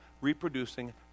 reproducing